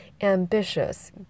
ambitious